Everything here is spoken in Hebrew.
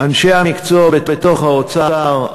אנשי המקצוע בתוך האוצר,